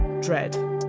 Dread